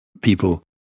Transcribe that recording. People